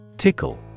Tickle